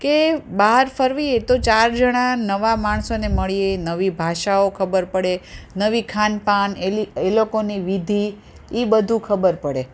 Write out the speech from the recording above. કે બહાર ફરીએ તો ચાર જણા નવા માણસોને મળીએ નવી ભાષાઓ ખબર પડે નવી ખાનપાન એલી એ લોકોની વિધિ એ બધું ખબર પડે